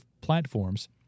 platforms